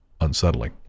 unsettling